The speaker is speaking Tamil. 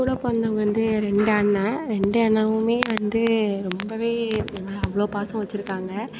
என் கூட பிறந்தவங்க வந்து ரெண்டு அண்ணன் ரெண்டு அண்ணாவுமே வந்து ரொம்பவே என் மேல் அவ்வளோ பாசம் வச்சுருக்காங்க